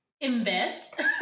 invest